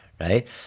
right